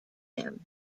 them